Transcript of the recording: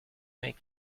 make